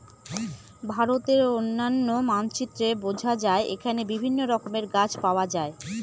ভারতের অনন্য মানচিত্রে বোঝা যায় এখানে বিভিন্ন রকমের গাছ পাওয়া যায়